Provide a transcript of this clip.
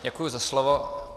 Děkuji za slovo.